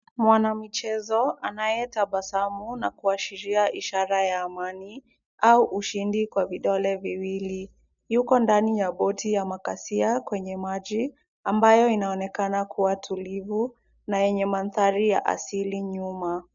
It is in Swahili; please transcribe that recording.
Mwanamichezo anayetabasamu na kuashiria ishara ya amani au ushindi kwa vidole viwili, yuko ndani ya boti ya makasia kwenye maji, ambayo inaonekana kuwa tulivu na yenye mandhari ya asili nyuma.